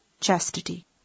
chastity